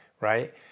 right